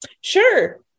Sure